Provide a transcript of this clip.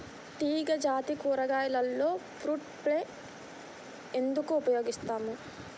తీగజాతి కూరగాయలలో fruit fly ఎందుకు ఉపయోగిస్తాము?